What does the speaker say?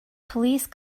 police